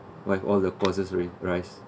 what if all the costs ri~ rise